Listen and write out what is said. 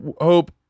hope